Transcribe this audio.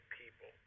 people